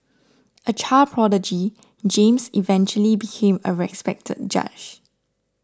a child prodigy James eventually became a respected judge